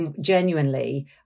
genuinely